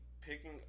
picking